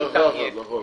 הארכה אחת בלבד.